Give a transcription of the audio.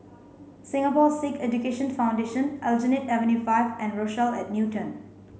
Singapore Sikh Education Foundation Aljunied Avenue five and Rochelle at Newton